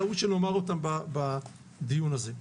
ראוי שנאמר אותן בדיון הזה.